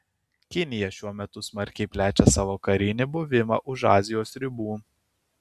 kinija šiuo metu smarkiai plečia savo karinį buvimą už azijos ribų